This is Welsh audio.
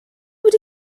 wedi